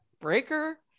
Breaker